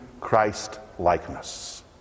Christ-likeness